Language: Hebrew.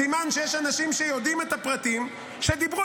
סימן שיש אנשים שיודעים את הפרטים שדיברו